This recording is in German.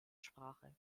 sprache